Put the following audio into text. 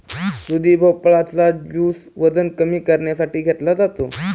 दुधी भोपळा चा ज्युस वजन कमी करण्यासाठी घेतला जातो